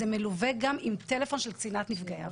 זה מלווה גם עם טלפון של קצינת נפגעי עבירה,